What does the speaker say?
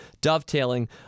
dovetailing